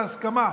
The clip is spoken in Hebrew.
בהסכמה.